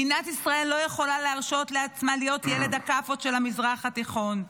מדינת ישראל לא יכולה להרשות לעצמה להיות ילד הכאפות של המזרח התיכון.